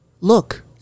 look